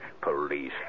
police